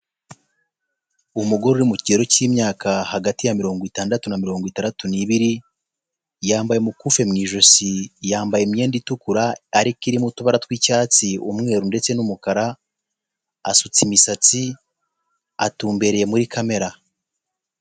Umugore uri mu kigero cy'imyaka hagati ya mirongo itandatu na mirongo itadatu n'ibiri, yambaye umukufi mu ijosi, yambaye imyenda itukura ariko irimo utubara tw'icyatsi, umweru ndetse n'umukara, asutse imisatsi, atumbereye muri kamera.